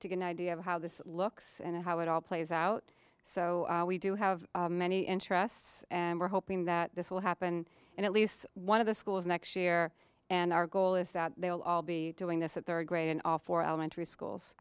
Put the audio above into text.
to get an idea of how this looks and how it all plays out so we do have many interests and we're hoping that this will happen in at least one of the schools next year and our goal is that they will all be doing this that there are great and all for elementary schools